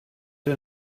der